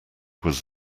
was